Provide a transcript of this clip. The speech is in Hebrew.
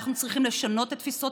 אנחנו צריכים לשנות את התפיסות,